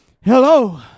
Hello